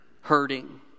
hurting